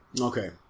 Okay